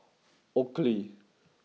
Oakley